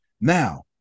Now